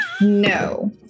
No